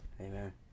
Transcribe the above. Amen